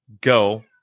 go